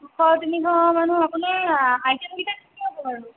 দুশ তিনিশ মানুহ আপোনাৰ আইটেম কেইটা কি কি হ'ব বাৰু